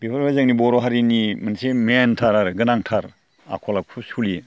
बेफोराव जोंनि बर' हारिनि मोनसे मेनथार आरो गोनांथार आखल आखु सोलियो